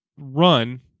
run